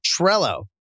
Trello